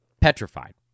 Petrified